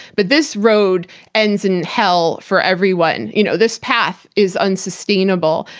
but this road ends in hell for everyone. you know this path is unsustainable.